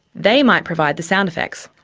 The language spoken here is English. they might provide the sound effects,